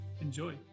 enjoy